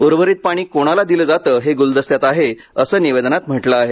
उर्वरित पाणी कोणाला दिले जाते हे गुलदस्त्यात आहे असे निवेदनात म्हटले आहे